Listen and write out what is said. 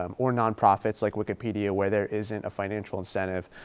um or nonprofits like wikipedia where there isn't a financial incentive.